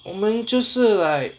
我们就是 like